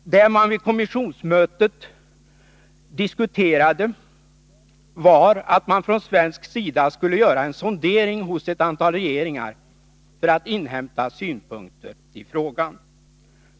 Det man vid kommissionsmötet diskuterade var att man från svensk sida skulle göra en sondering hos ett antal regeringar för att inhämta synpunkter i frågan.